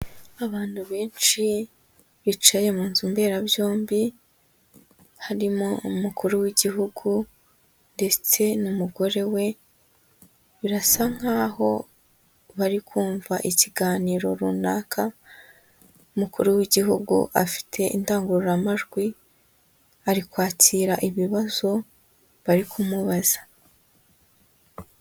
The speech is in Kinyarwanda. Abantu benshi bicaye mu nzu mberabyombi, harimo umukuru w'Igihugu ndetse n'umugore we, birasa nkaho bari kumva ikiganiro runaka, umukuru w'Igihugu afite indangururamajwi ari kwakira ibibazo bari kumubaza.